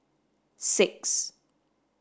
six